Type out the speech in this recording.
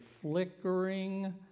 flickering